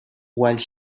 while